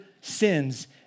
sins